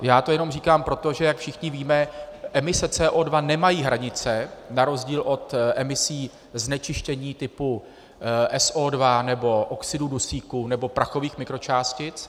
Já to jenom říkám proto, že jak všichni víme, emise CO2 nemají hranice na rozdíl od emisí znečištění typu SO2 nebo oxidu dusíku nebo prachových mikročástic.